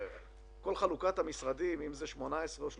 כל חלוקת המשרדים, אם זה 18 או 36,